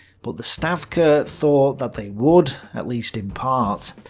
but the stavka thought that they would, at least in part.